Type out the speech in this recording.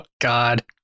God